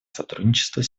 сотрудничество